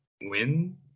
win